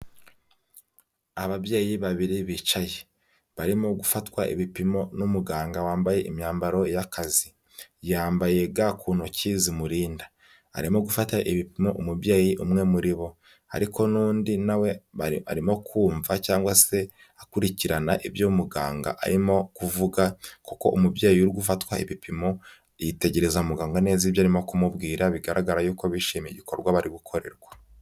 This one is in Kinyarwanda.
Ababyeyi babiri bicaye barimo gufatwa ibipimo n'umuganga wambaye imyambaro y'akazi. Yambaye gans ku ntoki zimurinda. Arimo gufata ibipimo umubyeyi umwe muri bo. Ariko n'undi na we arimo kumva cyangwa se akurikirana ibyo muganga arimo kuvuga kuko umubyeyi urigufatwa ibipimo yitegereza muganga neza ibyo arimo kumubwira bigaragara yuko bishimiye igikorwa barigukorerwa.